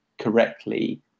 correctly